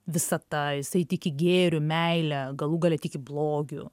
visata jisai tiki gėriu meile galų gale tiki blogiu